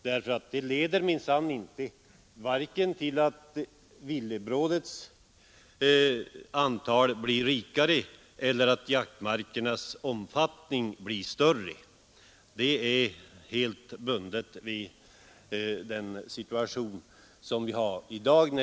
Det skulle inte leda vare sig till att villebrådens antal blir rikare eller till att jaktmarkerna blir större. Jaktmarkernas storlek är helt beroende av den situation vi har i dag.